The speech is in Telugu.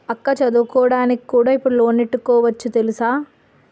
అక్కా చదువుకోడానికి కూడా ఇప్పుడు లోనెట్టుకోవచ్చు తెలుసా?